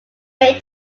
away